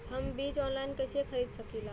हम बीज के आनलाइन कइसे खरीद सकीला?